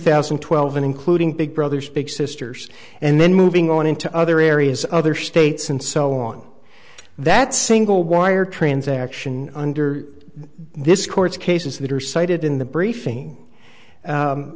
thousand and twelve including big brothers big sisters and then moving on into other areas other states and so on that single wire transaction under this court's cases that are cited in the briefing